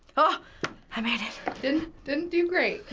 ah i made it. didn't didn't do great.